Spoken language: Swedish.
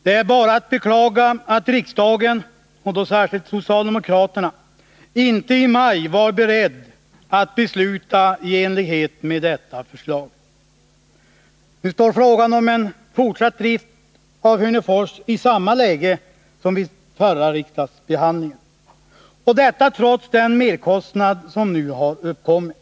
Det är bara att beklaga att riksdagen och särskilt socialdemokraterna inte i maj var beredda att besluta i enlighet med detta förslag. Nu befinner sig frågan om fortsatt drift av Hörnefors i samma läge som vid förra riksdagsbehandlingen, detta trots den merkostnad som nu har uppkommit.